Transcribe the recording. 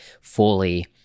fully